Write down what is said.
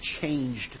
changed